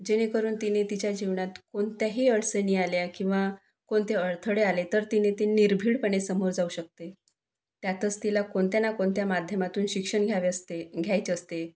जेणेकरून तिने तिच्या जीवनात कोणत्याही अडचणी आल्या किंवा कोणते अडथळे आले तर तिने ते निर्भीडपणे समोर जाऊ शकते त्यातच तिला कोणत्या ना कोणत्या माध्यमातून शिक्षण घ्यावे असते घ्यायचे असते